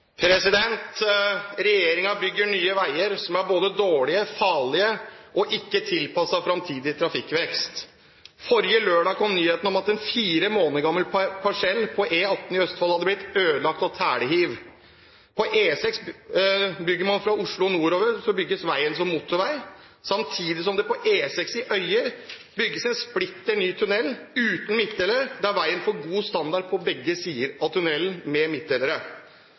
bygger nye veier som er både dårlige, farlige og ikke tilpasset fremtidig trafikkvekst. Forrige lørdag kom nyheten om at en fire måneder gammel parsell på E18 i Østfold hadde blitt ødelagt av telehiv. På E6, fra Oslo og nordover, bygges veien som motorvei. Samtidig bygges det på E6 i Øyer en splitter ny tunnel uten midtdelere, der veien får god standard på begge sider av tunnelen – med midtdelere.